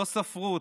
לא ספרו אותם,